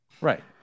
Right